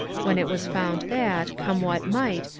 when it was found that, come what might,